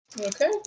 Okay